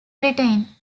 britain